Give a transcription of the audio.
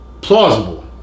plausible